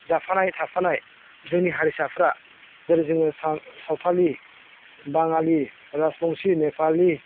जाफानाय थाफानाय जोंनि हारिसाफ्रा जेरै जोङो सावथालि बाङालि राजबंसि नेफालि